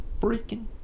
freaking